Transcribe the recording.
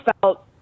felt